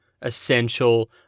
essential